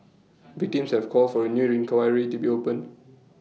victims have called for A new inquiry to be opened